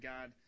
God